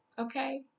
okay